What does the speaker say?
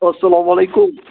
اسلام وعلیکُم